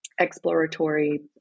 exploratory